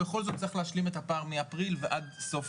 בכל זאת צריך להשלים את הפער מאפריל ועד סוף